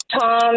Tom